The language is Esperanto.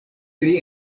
pri